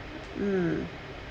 mm